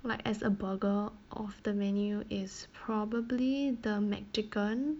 like as a burger of the menu is probably the mcchicken